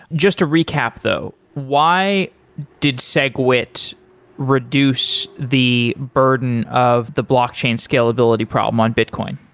just to recap though, why did segwit reduce the burden of the blockchain scalability problem on bitcoin?